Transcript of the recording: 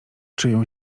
czują